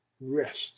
Rest